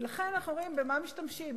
ולכן אנחנו אומרים במה משתמשים.